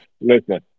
listen